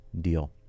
deal